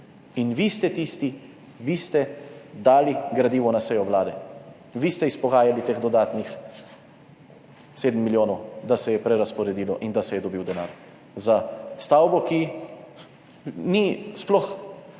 In vi ste tisti, vi ste dali gradivo na sejo Vlade, vi ste izpogajali teh dodatnih 7 milijonov, da se je prerazporedilo, in da se je dobil denar za stavbo, ki ni sploh